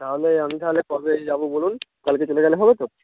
তাহলে আমি তাহলে কবে যাবো বলুন কালকে চলে গেলে হবে তো